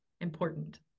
important